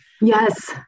Yes